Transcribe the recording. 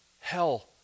hell